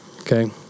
okay